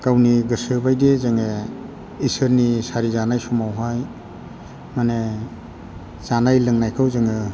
गावनि गोसोबायदि जोङो इसोरनि सारि जानाय समावहाय माने जानाय लोंनायखौ जोङो